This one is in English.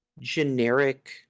generic